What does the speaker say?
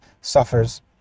suffers